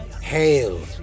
Hail